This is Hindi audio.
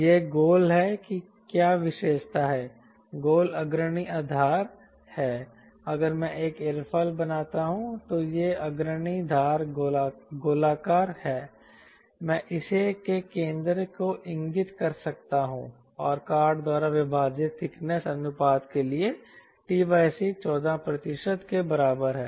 यह गोल है कि क्या विशेषता है गोल अग्रणी धार है अगर मैं एक एयरफॉइल बनाता हूं तो यह अग्रणी धार गोलाकार है मैं इसे के केंद्र को इंगित कर सकता हूं और कॉर्ड द्वारा विभाजित ठीकनेस अनुपात के लिए t c 14 प्रतिशत के बराबर है